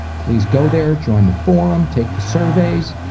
please go there, join the forum, take the surveys,